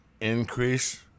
increase